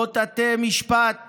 "לא תטה משפט